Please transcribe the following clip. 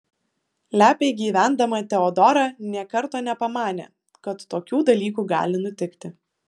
lepiai gyvendama teodora nė karto nepamanė kad tokių dalykų gali nutikti